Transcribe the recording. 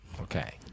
Okay